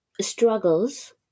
struggles